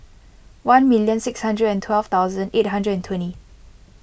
one million six thousand and twelve thousand eight hundred and twenty